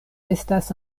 estas